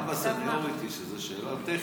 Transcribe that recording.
גם בסניוריטי, שזאת שאלה טכנית,